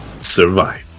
Survive